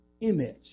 image